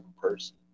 person